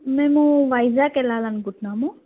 మేము వైజాగ్కు వెళ్ళాలి అనుకుంటున్నాము